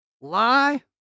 lie